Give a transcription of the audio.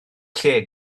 lle